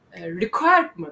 requirement